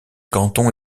canton